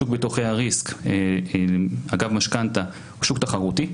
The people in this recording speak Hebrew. שוק ביטוחי הריסק אגב משכנתה הוא שוק תחרותי.